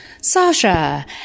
Sasha